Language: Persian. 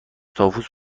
طاووس